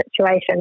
situation